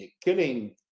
killing